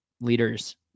leaders